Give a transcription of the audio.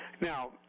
Now